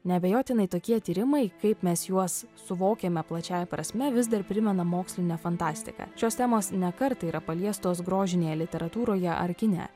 neabejotinai tokie tyrimai kaip mes juos suvokiame plačiąja prasme vis dar primena mokslinę fantastiką šios temos ne kartą yra paliestos grožinėje literatūroje ar kine